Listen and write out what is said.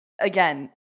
again